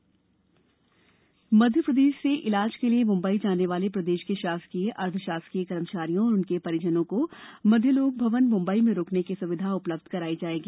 मध्यालोक मध्यप्रदेश से इलाज के लिये मुंबई जाने वाले प्रदेश के शासकीय अर्धशासकीय कर्मचारियों और उनके परिजनों को मध्यालोक भवन मुंबई में रूकने की सुविधा उपलब्ध कराई जाएगी